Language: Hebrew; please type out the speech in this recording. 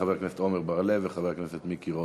חבר הכנסת עמר בר-לב וחבר הכנסת מיקי רוזנטל.